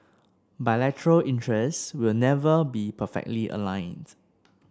bilateral interests will never be perfectly aligned